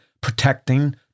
protecting